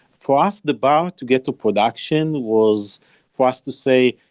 for us, the bar to get to production was for us to say,